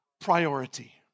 priority